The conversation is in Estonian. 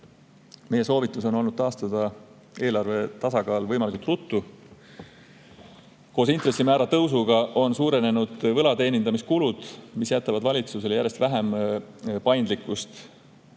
Me soovitame eelarve tasakaal võimalikult ruttu taastada. Koos intressimäära tõusuga on suurenenud võla teenindamise kulud, mis jätavad valitsusele järjest vähem paindlikkust